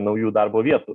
naujų darbo vietų